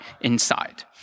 inside